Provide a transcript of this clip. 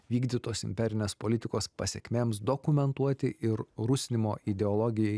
vykdytos imperinės politikos pasekmėms dokumentuoti ir rusinimo ideologijai